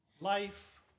life